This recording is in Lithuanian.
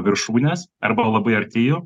viršūnės arba labai arti jų